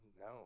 no